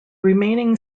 remaining